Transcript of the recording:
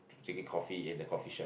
drinking coffee in the coffee shop